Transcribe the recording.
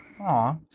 Aw